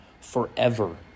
forever